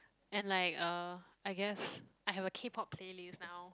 and like uh I guess I have a K-pop playlist now